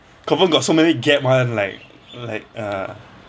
confirm got so many gap [one] like like uh